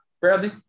Bradley